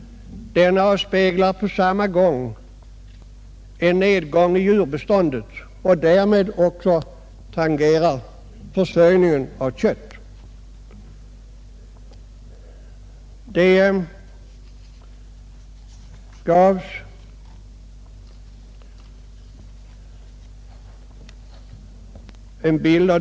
Den avspeglar samtidigt en nedgång i djurbeständet och tangerar därmed även köttförsörjningen.